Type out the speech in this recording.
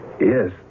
Yes